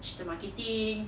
teach the marketing